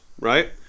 right